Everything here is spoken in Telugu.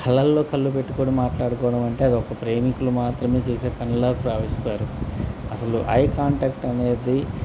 కళల్లో కళ్ళు పెట్టుకొని మాట్లాడుకోవడమంటే అదొక ప్రేమికులు మాత్రమే చేసే పనిలాగా భావిస్తారు అసలు ఐ కాంటాక్ట్ అనేది